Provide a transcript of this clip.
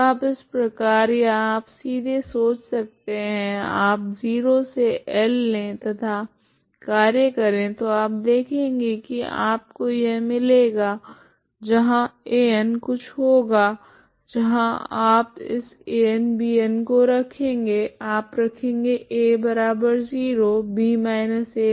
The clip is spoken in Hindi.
तो आप इस प्रकार या आप सीधे सोच सकते है आप 0 से L ले तथा कार्य करे तो आप देखेगे की आपको यह मिलेगा जहां An कुछ होगा जहां आप इस An Bn को रखेगे आप रखेगे a0b aL